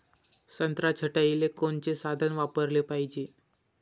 संत्रा छटाईले कोनचे साधन वापराले पाहिजे?